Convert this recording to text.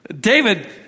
David